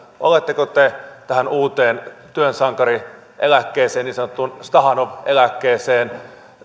oletteko te tähän uuteen työnsankarieläkkeeseen niin sanottuun stahanov eläkkeeseen